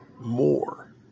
more